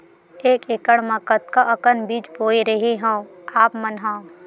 एक एकड़ म कतका अकन बीज बोए रेहे हँव आप मन ह?